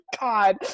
God